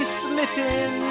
smitten